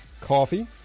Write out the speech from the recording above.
coffee